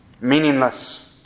Meaningless